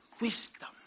wisdom